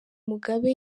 mugabe